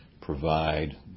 provide